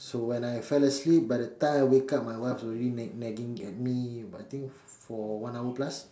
so when I fell asleep by the time I wake up my wife was already nag nagging at me but I think for one hour plus